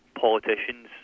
politicians